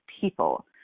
people